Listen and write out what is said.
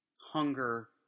hunger